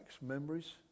memories